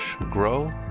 grow